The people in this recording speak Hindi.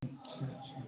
अच्छा अच्छा